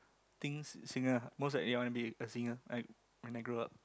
think singer mostly likely I wanna be a singer I when I grow up